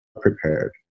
prepared